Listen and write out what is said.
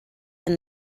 and